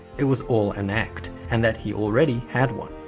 it was all an act and that he already had one.